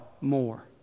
more